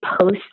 post